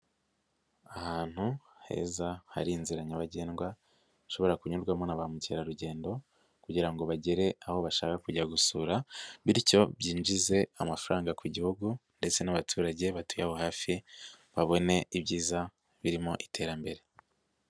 Ahantu heza hari inzira nyabagendwa zishobora kunyurwamo na ba mukerarugendo kugira bagere aho bashaka kujya gusura, bityo byinjize amafaranga ku gihugu ndetse n'abaturage batuye hafi babone ibyiza birimo iterambere.